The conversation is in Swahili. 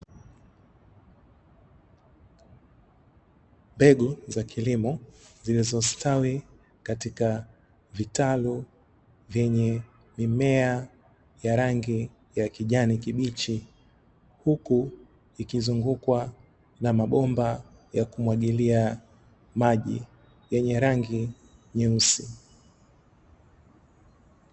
Mbegu za kilimo zilizostawi katika vitalu vyenye mimea ya rangi ya kijani kibichi, huku ikizungukwa na mabomba ya kumwagilia maji yenye rangi nyeusi.